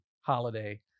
holiday